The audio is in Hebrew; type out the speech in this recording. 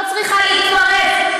את לא צריכה להתפרץ,